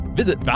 visit